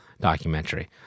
documentary